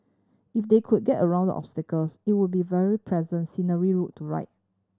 if they could get around these obstacles it would be a very pleasant scenic route to ride